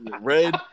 Red